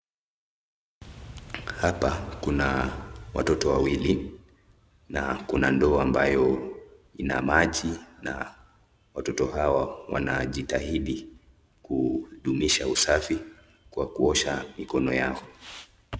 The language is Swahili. Hapa kuna watoto wawili na kuna ndoo ambayo ina maji na watoto hawa wanajitahidi kudumisha usafi kwa kuosha mikono yao.